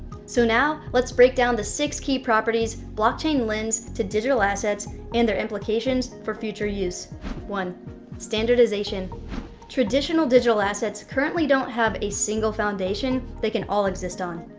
so now, let's breakdown the six key properties blockchain lends to digital assets and their implications for future use standardization traditional digital assets currently don't have a single foundation they can all exist on.